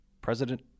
President